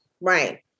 right